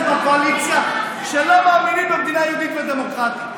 בקואליציה שלא מאמינים במדינה יהודית ודמוקרטית,